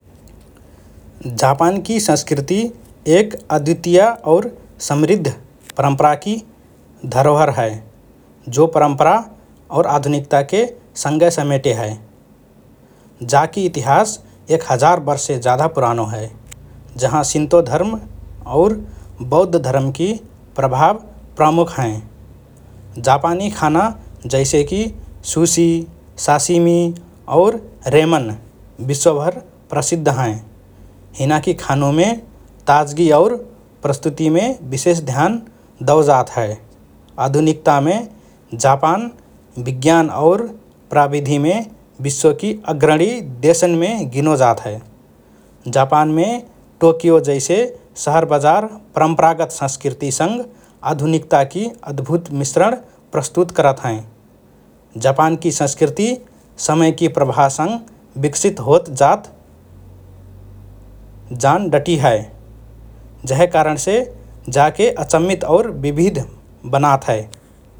जापानकि संस्कृति एक अद्वितीय और समृद्ध परम्पराकि धरोहर हए, जो परंपरा और आधुनिकताके सँगए समेटे हए । जाकि इतिहास एक हजार वर्षसे जाधा पुरानो हए, जहाँ शिन्तो धर्म और बौद्ध धर्मकि प्रभाव प्रमुख हएँ । जापानी खाना जैसेकि सुशी, साशिमी, और रेमन विश्वभर प्रसिद्ध हएँ । हिनाकि खानुमे ताजगी और प्रस्तुतिमे विशेष ध्यान दओ जात हए । आधुनिकतामे जापान विज्ञान और प्रविधिमे विश्वकि अग्रणी देशन्मे गिनो जात हए । जापानमे टोक्यो जैसे शहरबजार परंपरागत संस्कृतिसँग आधुनिकताकि अद्भुत मिश्रण प्रस्तुत करत हएँ । जापानकि संस्कृति समयकि प्रवाहसँग विकसित होत जात जान डटि हए, जहे कारणसे जाके अचम्मित और विविध बनात हए ।